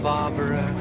Barbara